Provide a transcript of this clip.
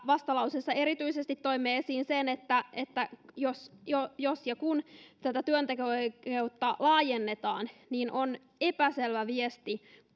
vastalauseessa erityisesti toimme esiin sen että että jos ja jos ja kun työnteko oikeutta laajennetaan niin on epäselvä viesti